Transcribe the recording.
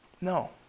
No